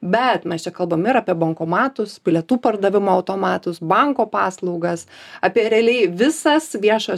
bet mes čia kalbam ir apie bankomatus bilietų pardavimo automatus banko paslaugas apie realiai visas viešojo